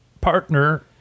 partner